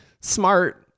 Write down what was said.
smart